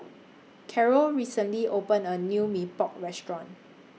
Carol recently opened A New Mee Pok Restaurant